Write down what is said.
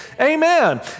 Amen